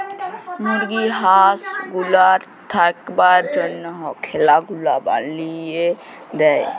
মুরগি হাঁস গুলার থাকবার জনহ খলা গুলা বলিয়ে দেয়